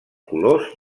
colors